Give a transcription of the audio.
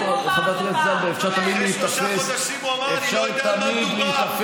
צריך לאפשר בכל מקום